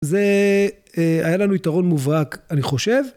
זה היה לנו יתרון מובהק, אני חושב.